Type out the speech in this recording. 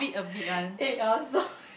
eh awesome